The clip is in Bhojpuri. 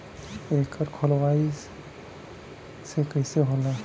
एकर खोलवाइले से का होला?